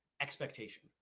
expectation